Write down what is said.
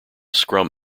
scrum